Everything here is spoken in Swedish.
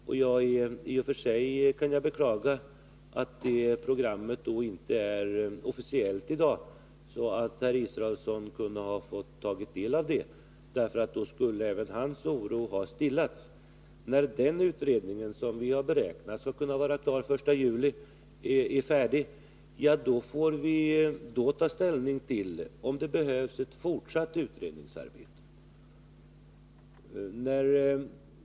Jag kan i och för sig beklaga att detta program inte är officiellt i dag. Om Per Israelsson hade kunnat ta del av programmet, skulle även hans oro ha stillats. När FOA:s utredning, som vi har beräknat skall vara klar den 1 juli, har avslutats får vi ta ställning till om det behövs ett fortsatt utredningsarbete.